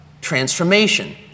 transformation